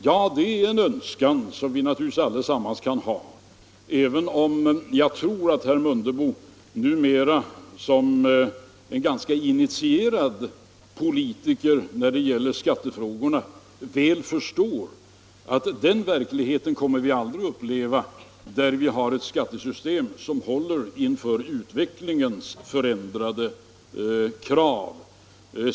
Ja, det är en önskan som vi alla kan ha, även om jag tror att herr Mundebo numera som en ganska initierad politiker när det gäller skattefrågorna väl förstår att vi aldrig kommer att uppleva den verkligheten där vi har ett skattesystem som håller inför utvecklingens förändrade krav.